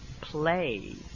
play